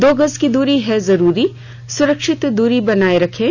दो गज की दूरी है जरूरी सुरक्षित दूरी बनाए रखें